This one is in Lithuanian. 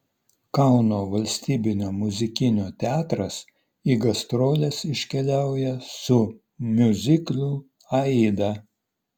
kauno valstybinio muzikinio teatras į gastroles iškeliauja su miuziklu aida